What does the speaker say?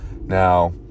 Now